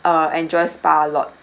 uh enjoy spa a lot